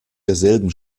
derselben